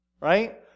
right